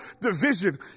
division